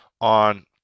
on